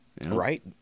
right